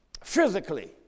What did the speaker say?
Physically